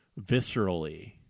viscerally